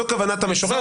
זאת כוונת המשורר,